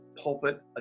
pulpit